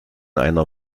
einer